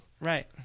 Right